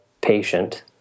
patient